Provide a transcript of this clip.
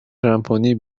سمفونی